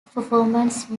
performance